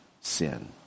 sin